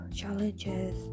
challenges